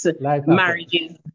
marriages